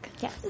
Yes